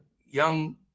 young